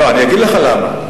אני אגיד לך למה.